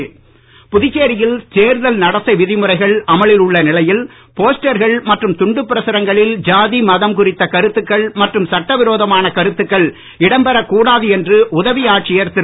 தேர்தல்நடத்தைவிதி புதுச்சேரியில் தேர்தல் நடத்தை விதிமுறைகள் அமலில் உள்ள நிலையில் போஸ்டர்கள் மற்றும் துண்டு பிரசுரங்களில் ஜாதி மதம் குறித்த கருத்துக்கள் மற்றும் சட்ட விரோதமான கருத்துக்கள் இடம்பெற கூடாது என்று உதவி ஆட்சியர் திரு